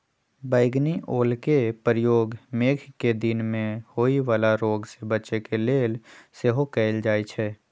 बइगनि ओलके प्रयोग मेघकें दिन में होय वला रोग से बच्चे के लेल सेहो कएल जाइ छइ